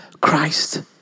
Christ